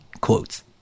quotes